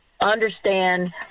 understand